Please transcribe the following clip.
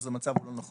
אז המצב הוא לא נכון,